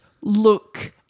look